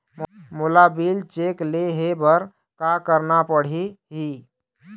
मोला bill check ले हे बर का करना पड़ही ही?